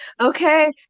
Okay